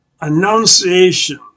Annunciation